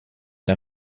der